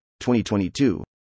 2022